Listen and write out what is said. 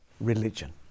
religion